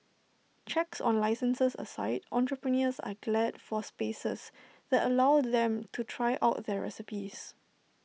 checks on licences aside entrepreneurs are glad for spaces that allow them to try out their recipes